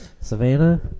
Savannah